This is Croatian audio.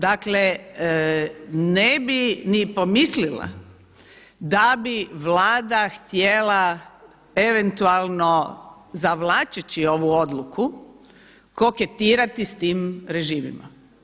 Dakle, ne bi ni pomislila da bi Vlada htjela eventualno zavlačeći ovu odluku koketirati s tim režimima.